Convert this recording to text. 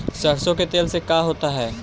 सरसों के तेल से का होता है?